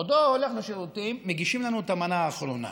בעודו הולך לשירותים, מגישים לנו את המנה האחרונה.